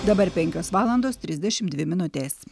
dabar penkios valandos trisdešim dvi minutės